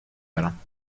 برم